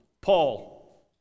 Paul